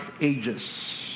Ages